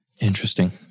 Interesting